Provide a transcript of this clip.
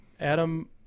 Adam